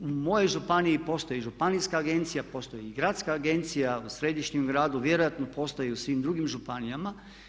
U mojoj županiji postoji županijska agencija, postoji i gradska agencija, u središnjem gradu, vjerojatno i postoji u svim drugim županijama.